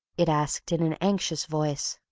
it asked in an anxious voice.